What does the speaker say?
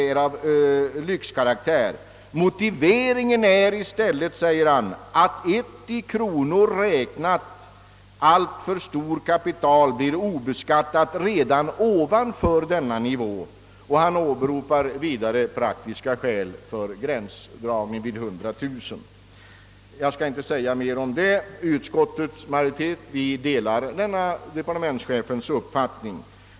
är av lyxkaraktär.» Motiveringen är i stället säger han »att ett i kronor räknat alltför stort kapital blir obeskattat redan ovanför denna nivå». Han åberopar vidare praktiska skäl för att sätta gränsen vid 100 000 kronor. Jag skall inte tala mer om det. Vi i utskottsmajoriteten delar denna departementschefens uppfattning.